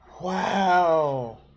Wow